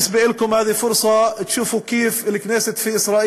זו ההזדמנות שלכם לראות כיצד הכנסת בישראל